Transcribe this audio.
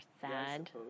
sad